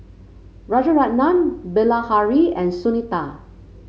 Rajaratnam Bilahari and Sunita